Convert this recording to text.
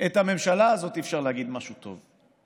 לכאורה, את הממשלה הזאת אי-אפשר להגיד משהו טוב.